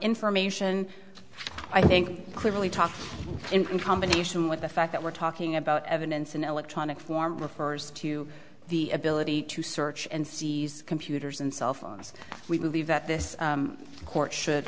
information i think clearly talking in combination with the fact that we're talking about evidence in electronic form refers to the ability to search and seize computers and cell phones we believe that this court should